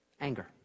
anger